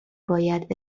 باید